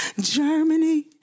Germany